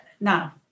now